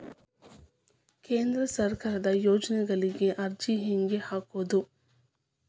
ಕೇಂದ್ರ ಸರ್ಕಾರದ ಯೋಜನೆಗಳಿಗೆ ಅರ್ಜಿ ಹೆಂಗೆ ಹಾಕೋದು?